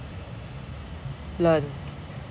learn